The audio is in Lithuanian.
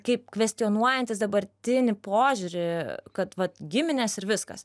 kaip kvestionuojantis dabartinį požiūrį kad vat giminės ir viskas